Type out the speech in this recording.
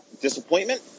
Disappointment